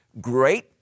Great